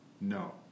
No